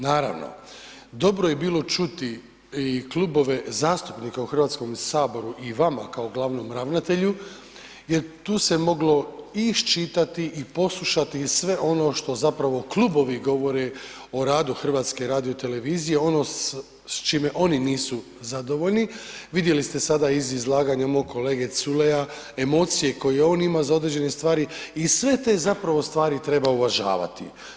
Naravno, dobro je bilo čuti i klubove zastupnika u Hrvatskom saboru i vama kao glavnom ravnatelju jer tu se moglo iščitati i poslušati sve ono što zapravo klubovi govore o radu HRT-a, ono s čime oni nisu zadovoljni, vidjeli ste sada iz izlaganja mog kolege Culeja, emocije koje on ima za određene stvari i sve te zapravo stvari treba uvažavati.